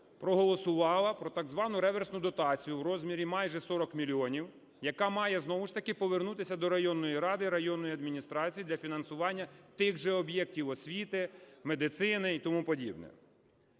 проголосувала про так звану "реверсну дотацію" в розмірі майже 40 мільйонів, яка має знову ж таки повернутися до районної ради, районної адміністрації для фінансування тих же об'єктів освіти, медицини і тому подібне.